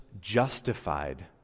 justified